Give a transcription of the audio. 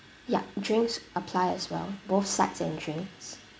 ya drinks apply as well both side and drinks